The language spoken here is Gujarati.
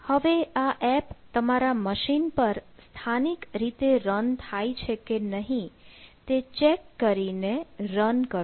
હવે આ એપ તમારા મશીન પર સ્થાનિક રીતે રન થાય છે કે નહીં તે ચેક કરીને રન કરો